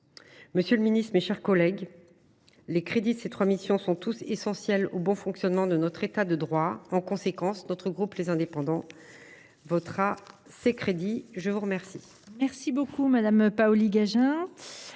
Monsieur le ministre, mes chers collègues, les crédits de ces trois missions sont tous essentiels au bon fonctionnement de notre État de droit. En conséquence, le groupe Les Indépendants – République et Territoires